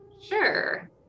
Sure